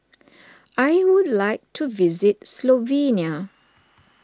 I would like to visit Slovenia